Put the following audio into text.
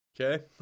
okay